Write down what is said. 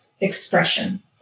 expression